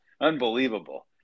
unbelievable